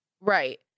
Right